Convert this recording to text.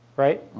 right?